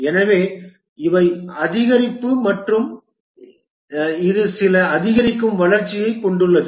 எனவே இவை அதிகரிப்பு மற்றும் எனவே இது சில அதிகரிக்கும் வளர்ச்சியைக் கொண்டுள்ளது